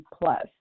plus